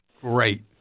Great